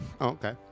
okay